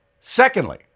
Secondly